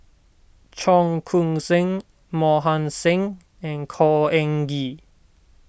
Cheong Koon Seng Mohan Singh and Khor Ean Ghee